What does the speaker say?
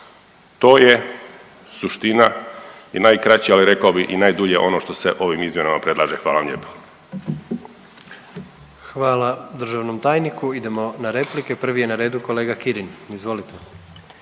To je suština i najkraće, ali rekao bih i najdulje ono što se ovim izmjenama predlaže. Hvala vam lijepo. **Jandroković, Gordan (HDZ)** Hvala državnom tajniku, idemo na replike, prvi je na redu kolega Kirin. Izvolite.